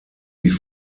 wie